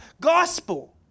gospel